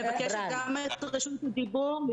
אני מבקשת גם את רשות הדיבור.